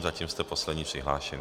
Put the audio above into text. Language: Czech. Zatím jste poslední přihlášený.